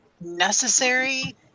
necessary